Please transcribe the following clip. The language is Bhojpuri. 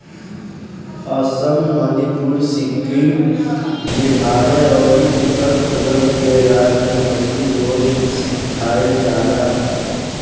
असम, मणिपुर, सिक्किम, मेघालय अउरी उत्तर पूरब के राज्य में मछली रोज खाईल जाला